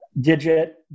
Digit